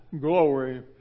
glory